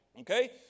Okay